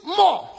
more